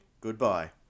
Goodbye